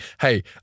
hey